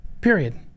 Period